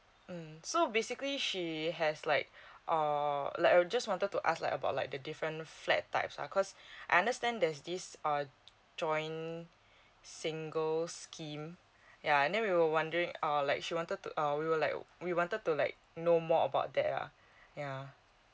mm so basically she has like err like we just wanted to ask like about like the different flat types uh cause I understand there's this uh join single scheme yeah and then we were wondering err like she wanted to uh we were like we wanted to like know more about that lah yeah